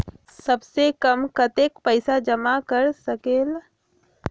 सबसे कम कतेक पैसा जमा कर सकेल?